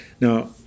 Now